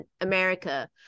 America